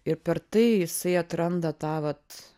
ir per tai jisai atranda tą vat